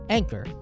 Anchor